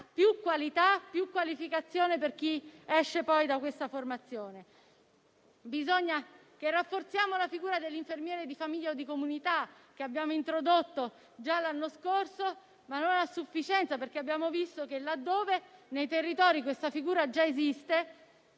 più qualità e più qualificazione per chi esce da tale formazione. Bisogna che rafforziamo la figura dell'infermiere di famiglia o di comunità, che abbiamo introdotto già l'anno scorso, ma non a sufficienza. Abbiamo visto infatti che, nei territori in cui questa figura già esiste,